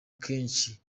kenshi